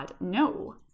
No